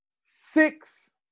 six